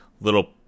little